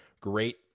Great